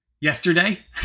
Yesterday